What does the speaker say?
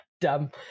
dumb